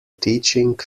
teaching